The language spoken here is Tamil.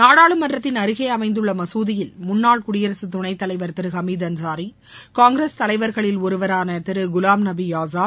நாடாளுமன்றத்தின் அருகே அமைந்துள்ள மசூதியில் முன்னாள் குடியரசு துணைத் தலைவர் திரு அமீத் அன்சாரி காங்கிரஸ் தலைவர்களில் ஒருவருமான திரு குலாம் நபி ஆசாத்